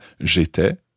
j'étais